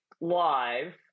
live